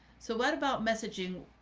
so what about messaging?